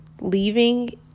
leaving